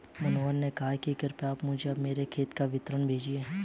मनोहर ने कहा कि कृपया मुझें मेरे खाते का विवरण भेजिए